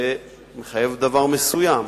זה מחייב דבר מסוים,